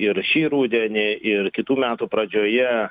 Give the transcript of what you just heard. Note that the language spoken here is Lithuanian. ir šį rudenį ir kitų metų pradžioje